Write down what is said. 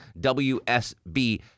WSB